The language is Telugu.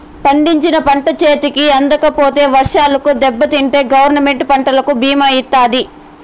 పండించిన పంట చేతికి అందకపోతే వర్షాలకు దెబ్బతింటే గవర్నమెంట్ పంటకు భీమా ఇత్తాది